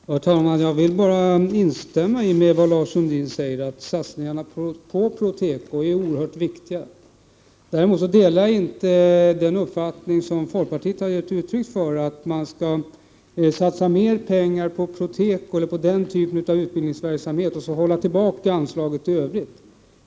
Herr talman! Jag vill bara instämma i det Lars Sundin har sagt, nämligen att satsningarna på Proteko är oerhört viktiga. Däremot delar jag inte den uppfattning som folkpartiet har gett uttryck för, nämligen att man skall satsa mer på Proteko, eller på den typen av utbildningsverksamhet, och sedan hålla tillbaka anslaget i övrigt.